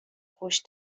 خوش